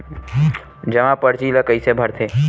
जमा परची ल कइसे भरथे?